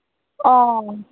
অঁ